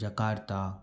Jakarta